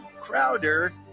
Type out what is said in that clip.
Crowder